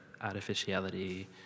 artificiality